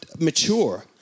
mature